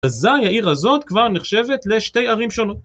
אזי העיר הזאת כבר נחשבת לשתי ערים שונות.